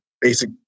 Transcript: basic